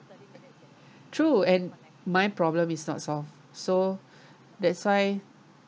true and my problem is not solved so that's why